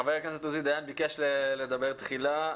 חבר הכנסת עוזי דיין ביקש לדבר תחילה.